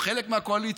הוא חלק מהקואליציה.